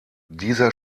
dieser